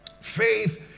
Faith